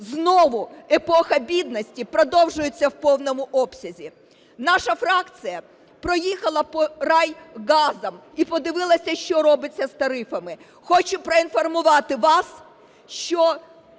знову епоха бідності продовжується в повному обсязі. Наша фракція проїхала по райгазам і подивилася, що робиться з тарифами. Хочу поінформувати вас, що